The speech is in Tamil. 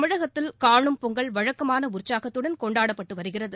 தமிழகத்தில் காணும் பொங்கல் வழக்கமான உற்சாகத்துடன் கொண்டாடப்பட்டு வருகிறது